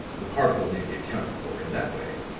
the particle may be accounted for in that way.